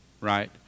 right